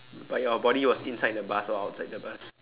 but your body was inside the bus or outside the bus